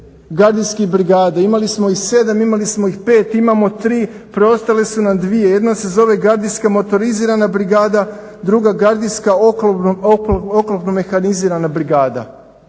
gardijskih brigada, imali smo ih 7, imali smo ih 5, imamo 3, preostale su nam 2. Jedna se zove Gardijska motorizirana brigada, druga Gardijska oklopno-mehanizirana brigada